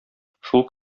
шул